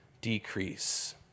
decrease